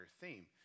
theme